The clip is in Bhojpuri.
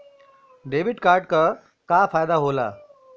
डेबिट कार्ड क का फायदा हो ला?